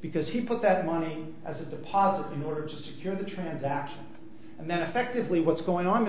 because he put that money as a deposit in order to secure the transaction and then effectively what's going on